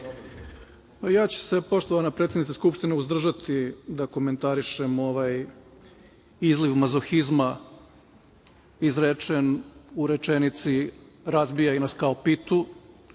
Ja ću se, poštovana predsednice Skupštine, uzdržati da komentarišem ovaj izliv mazohizma izrečene u rečenici – razbijaju nas kao pitu,